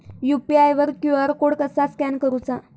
UPI वर QR code कसा scan करूचा?